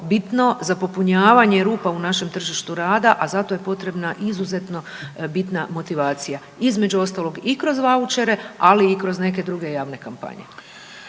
bitno za popunjavanje rupa u našem tržištu rada, a za to je potrebna izuzetno bitna motivacija. Između ostalog i kroz vaučere, ali i kroz neke druge javne kampanje.